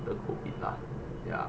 the COVID lah ya